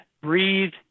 breathe